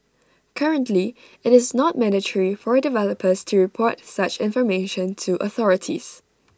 currently IT is not mandatory for developers to report such information to authorities